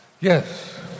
Yes